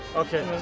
okay.